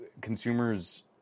consumers